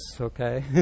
okay